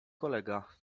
kolega